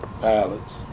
pilots